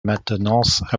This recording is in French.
maintenance